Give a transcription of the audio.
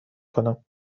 کنم